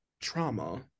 trauma